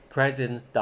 President